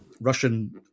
Russian